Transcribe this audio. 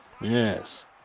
Yes